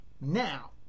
Now